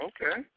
Okay